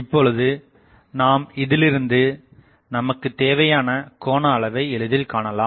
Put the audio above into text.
இப்பொழுது நாம் இதிலிருந்து நமக்குத் தேவையான கோணஅளவை எளிதில் காணலாம்